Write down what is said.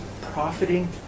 profiting